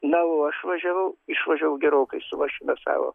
na o aš važiavau išvažiavau gerokai su mašina savo